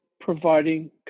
providing